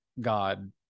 God